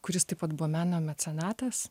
kuris taip pat buvo meno mecenatas